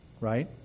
right